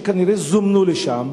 שכנראה זומנו לשם,